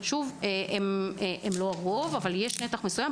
הן לא הרוב אבל יש נתח מסוים.